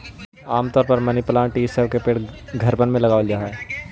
आम तौर पर मनी प्लांट ई सब के पेड़ घरबन में लगाबल जा हई